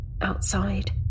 outside